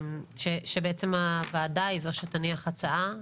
לקבל שבעצם הוועדה היא זו שתניח הצעה.